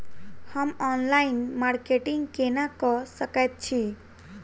हम online marketing केना कऽ सकैत छी?